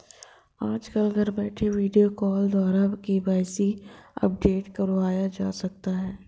आजकल घर बैठे वीडियो कॉल द्वारा भी के.वाई.सी अपडेट करवाया जा सकता है